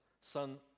Son